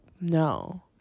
no